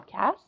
podcast